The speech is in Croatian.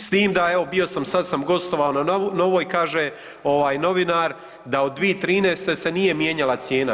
S tim da evo bio sam sada sam gostovao na Novoj kaže novinar da od 2013. se nije mijenjala cijena.